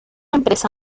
empresa